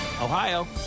Ohio